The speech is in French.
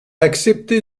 accepté